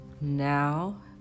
Now